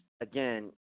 again